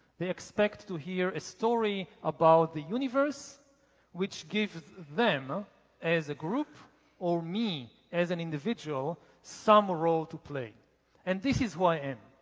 they expect to hear a story about the universe which gives them as a group or me as an individual some role to play and this is who i am.